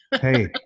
Hey